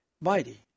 mighty